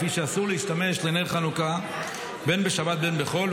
לפי שאסור להשתמש לנר חנוכה בין בשבת בין בחול,